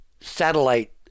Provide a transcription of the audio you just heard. satellite